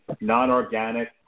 non-organic